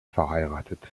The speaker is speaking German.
verheiratet